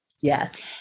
Yes